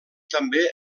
també